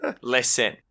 Listen